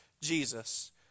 Jesus